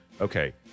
okay